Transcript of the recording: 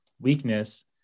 weakness